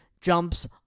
jumps